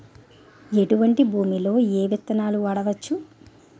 ఎటువంటి భూమిలో ఏ విత్తనాలు వాడవచ్చు?